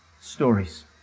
stories